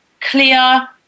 clear